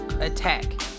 attack